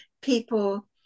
people